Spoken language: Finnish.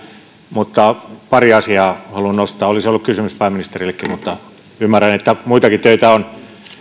mutta pari asiaa haluan nostaa olisi ollut kysymys pääministerillekin mutta ymmärrän että muitakin töitä on